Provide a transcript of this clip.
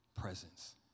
presence